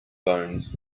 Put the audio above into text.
bones